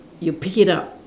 you pick it up